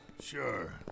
Sure